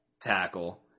tackle